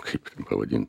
kaip pavadin